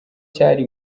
cyari